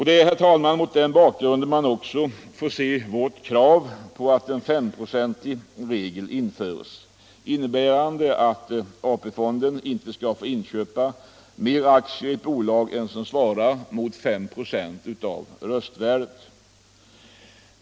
Det är mot denna bakgrund man får se vårt krav på att en femprocentsregel införs, innebärande att AP-fonden inte skall få inköpa mer aktier i ett bolag än som svarar mot 5 ". av röstvärdet.